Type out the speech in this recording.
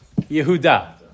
Yehuda